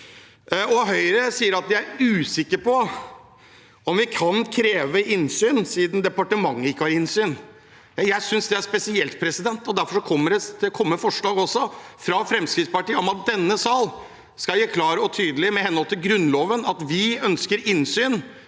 Høyre sier at de er usikre på om vi kan kreve innsyn, siden departementet ikke har innsyn. Jeg synes det er spesielt, og derfor kommer det til å komme forslag fra Fremskrittspartiet om at denne sal klart og tydelig, i henhold til Grunnloven, ønsker innsyn